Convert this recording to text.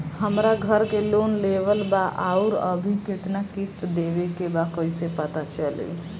हमरा घर के लोन लेवल बा आउर अभी केतना किश्त देवे के बा कैसे पता चली?